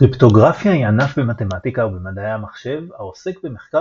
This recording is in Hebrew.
קריפטוגרפיה היא ענף במתמטיקה ובמדעי המחשב העוסק במחקר